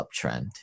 uptrend